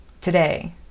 today